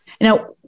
Now